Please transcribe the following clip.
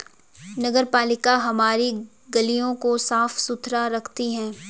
नगरपालिका हमारी गलियों को साफ़ सुथरा रखती है